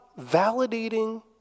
validating